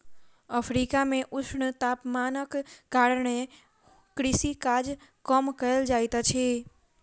Africa मे ऊष्ण तापमानक कारणेँ कृषि काज कम कयल जाइत अछि